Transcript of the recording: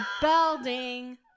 Belding